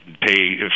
pay